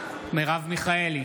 מרב מיכאלי,